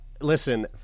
Listen